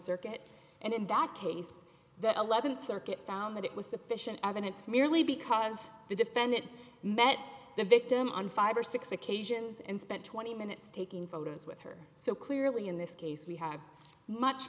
circuit and in that case the eleventh circuit found that it was sufficient evidence merely because the defendant met the victim on five or six occasions and spent twenty minutes taking photos with her so clearly in this case we have much